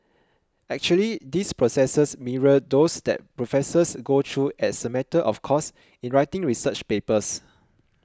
actually these processes mirror those that professors go through as a matter of course in writing research papers